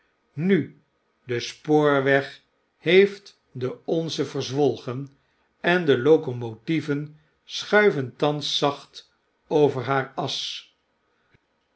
nu de spoorweg heeft de onze verzwolgen en de locomotieven schuiven thans zacht over haar asch